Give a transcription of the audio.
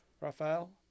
Raphael